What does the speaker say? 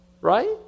Right